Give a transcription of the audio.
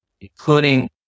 including